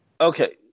Okay